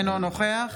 אינו נוכח